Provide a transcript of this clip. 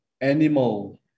Animal